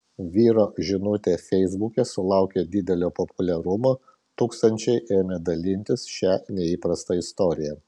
vyro žinutė feisbuke sulaukė didelio populiarumo tūkstančiai ėmė dalintis šia neįprasta istorija